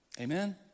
Amen